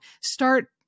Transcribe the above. start